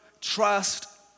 trust